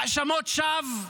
האשמות שווא,